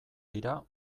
dira